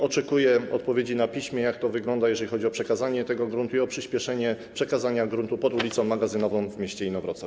Oczekuję odpowiedzi na piśmie, jak to wygląda, jeżeli chodzi o przekazanie tego gruntu i o przyspieszenie przekazania gruntu pod ul. Magazynową w mieście Inowrocław.